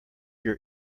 your